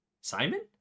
Simon